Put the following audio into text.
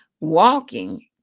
Walking